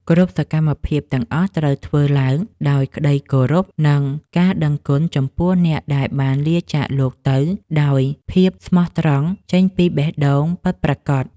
គ្រប់សកម្មភាពទាំងអស់ត្រូវធ្វើឡើងដោយក្តីគោរព និងការដឹងគុណចំពោះអ្នកដែលបានលាចាកលោកទៅដោយភាពស្មោះត្រង់ចេញពីបេះដូងពិតប្រាកដ។